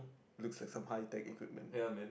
look as some high tech equipment